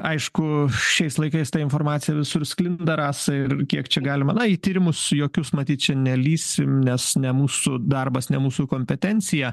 aišku šiais laikais ta informacija visur sklinda rasa ir kiek čia galima na į tyrimus jokius matyt čia nelįsim nes ne mūsų darbas ne mūsų kompetencija